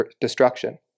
destruction